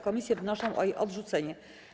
Komisje wnoszą o jej odrzucenie.